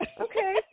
Okay